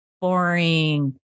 boring